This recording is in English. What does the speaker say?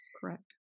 Correct